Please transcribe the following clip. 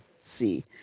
see